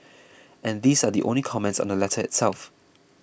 and these are the only the comments on the letter itself